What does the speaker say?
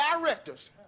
directors